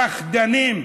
פחדנים.